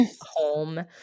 home